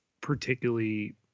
particularly